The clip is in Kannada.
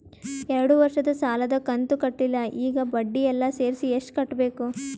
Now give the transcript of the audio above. ಎರಡು ವರ್ಷದ ಸಾಲದ ಕಂತು ಕಟ್ಟಿಲ ಈಗ ಬಡ್ಡಿ ಎಲ್ಲಾ ಸೇರಿಸಿ ಎಷ್ಟ ಕಟ್ಟಬೇಕು?